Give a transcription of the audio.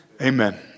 Amen